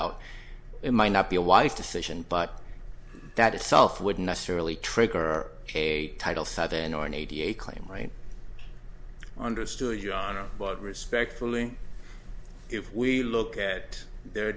out it might not be a wise decision but that itself would necessarily trigger a title seven or an eighty eight claim right understood your honor respectfully if we look at their